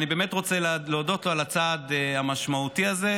אני באמת רוצה להודות לו על הצעד המשמעותי הזה,